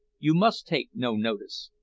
you must take no notice.